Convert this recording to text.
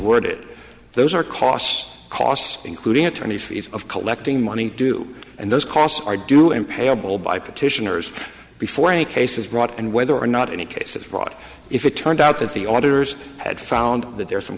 it those are costs costs including attorney fees of collecting money due and those costs are due and payable by petitioners before any case is brought and whether or not any cases brought if it turned out that the auditors had found that there are some